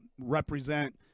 represent